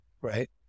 right